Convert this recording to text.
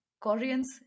Koreans